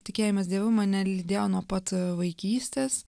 tikėjimas dievu mane lydėjo nuo pat vaikystės